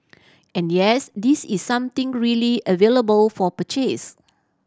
and yes this is something really available for purchase